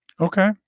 okay